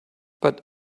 but